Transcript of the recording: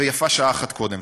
ויפה שעה אחת קודם.